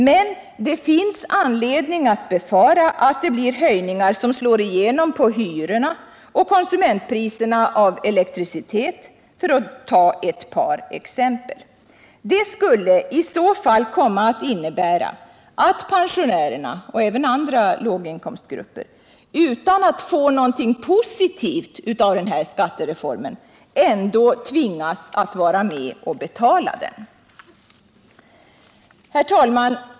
Men det finns anledning att befara att det blir höjningar som slår igenom på hyrorna och konsumentpriserna av elektricitet, för att ta ett par exempel. Det skulle i så fall komma att innebära att pensionärerna och även andra låginkomstgrupper utan att få något positivt ut av skattereformen ändå tvingas vara med att betala den! Herr talman!